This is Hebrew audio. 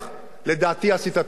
לדעתי, עשית טעות גדולה.